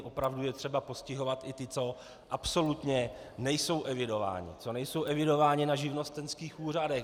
Opravdu je třeba postihovat i ty, co absolutně nejsou evidováni, co nejsou evidováni na živnostenských úřadech.